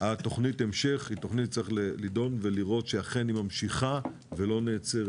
תכנית ההמשך צריך לדאוג שהיא אכן ממשיכה ולא נעצרת,